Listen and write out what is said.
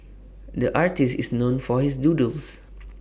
the artist is known for his doodles